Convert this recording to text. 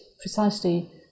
precisely